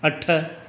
अठ